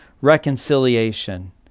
reconciliation